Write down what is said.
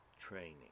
training